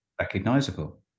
recognizable